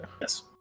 Yes